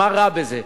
מה רע בזה?